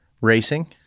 Racing